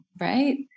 right